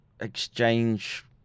exchange